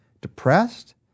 depressed